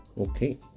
okay